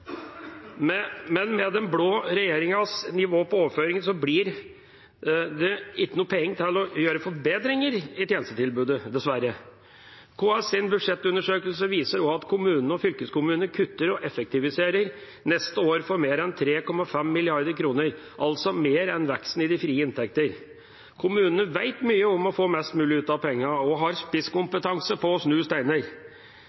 Men med den blå regjeringas nivå på overføringene blir det ikke noen penger til å gjøre forbedringer i tjenestetilbudet, dessverre. KS’ budsjettundersøkelse viser også at kommunene og fylkeskommunene kutter og effektiviserer neste år for mer enn 3,5 mrd. kr – altså mer enn veksten i de frie inntekter. Kommunene vet mye om å få mest mulig ut av pengene og har